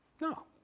No